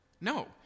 No